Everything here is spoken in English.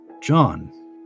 John